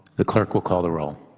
the clerk will call the roll.